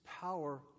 power